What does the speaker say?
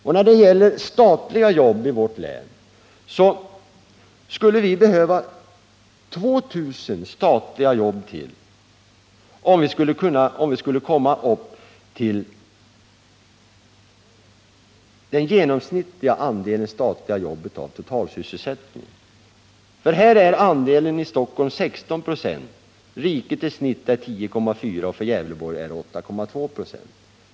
Och när det gäller statliga jobb i vårt län skulle vi behöva 2000 sådana, om vi skulle komma upp till den genomsnittliga andelen statliga jobb av totalsysselsättningen. För Stockholm är andelen 16 96, för riket i snitt 10,4 96 och för Gävleborgs län 8,2 96.